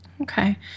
Okay